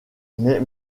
mais